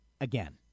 again